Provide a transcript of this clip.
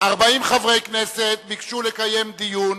40 חברי כנסת ביקשו לקיים דיון,